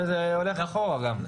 וזה הולך אחורה גם.